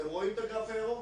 אתם רואים את הגרף הירוק?